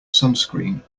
sunscreen